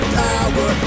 power